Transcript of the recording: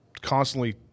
constantly